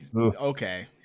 Okay